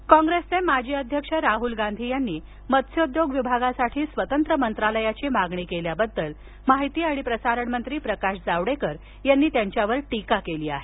जावडेकर टीका कॉंग्रेसचे माजी अध्यक्ष राहूल गांधी यांनी मत्सोद्योग विभागासाठी स्वतंत्र मंत्रालयाची मागणी केल्याबद्दल माहिती आणि प्रसारण मंत्री प्रकाश जावडेकर यांनी त्यांच्यावर टीका केली आहे